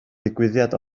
ddigwyddiad